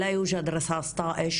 אין דבר כזה כדור תועה,